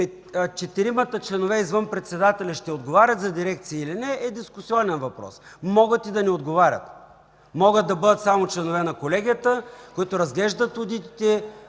четиримата членове извън председателя ще отговарят за дирекция, или не, е дискусионен въпрос. Могат и да не отговарят. Могат да бъдат само членове на Колегията, които разглеждат одитите,